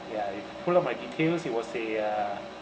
ya you put on my details it was a uh